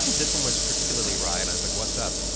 this one was particularly wry, and i was like, what's up?